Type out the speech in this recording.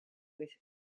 with